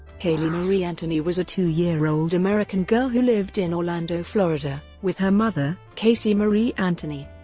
caylee marie anthony was a two-year-old american girl who lived in orlando, florida, with her mother, casey marie anthony,